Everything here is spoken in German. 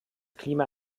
klima